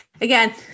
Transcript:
Again